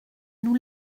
nous